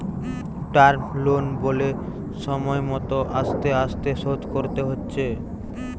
term loan বলে সময় মত আস্তে আস্তে শোধ করতে হচ্ছে